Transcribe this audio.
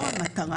לא המטרה,